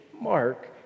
mark